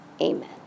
Amen